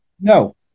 No